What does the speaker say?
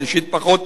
שלישית פחות,